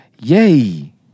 yay